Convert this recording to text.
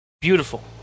Beautiful